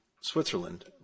Switzerland